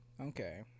Okay